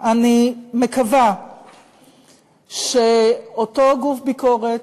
אני מקווה שאותו גוף ביקורת